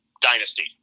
dynasty